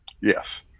Yes